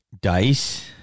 Dice